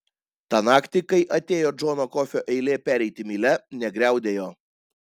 tą naktį kai atėjo džono kofio eilė pereiti mylia negriaudėjo